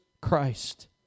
Christ